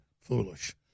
foolish